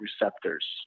receptors